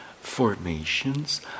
formations